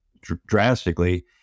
drastically